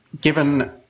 given